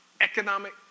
economic